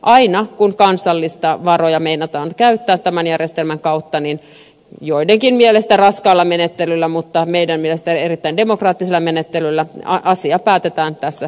aina kun kansallisia varoja meinataan käyttää tämän järjestelmän kautta joidenkin mielestä raskaalla menettelyllä mutta meidän mielestämme erittäin demokraattisella menettelyllä niin asia päätetään tässä salissa